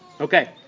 Okay